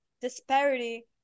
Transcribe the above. disparity